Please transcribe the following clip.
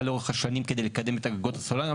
לאורך השנים כדי לקדם את הגגות הסולריים,